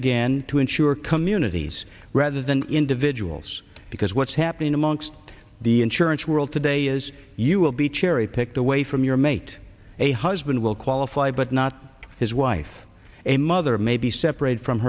again to insure communities rather than individuals because what's happening amongst the insurance world today is you will be cherry picked away from your mate a husband will qualify but not his wife a mother may be separated from